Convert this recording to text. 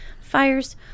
fires